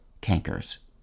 cankers